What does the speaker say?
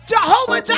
Jehovah